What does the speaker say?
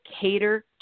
cater